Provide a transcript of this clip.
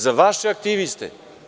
Za vaše aktiviste.